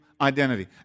identity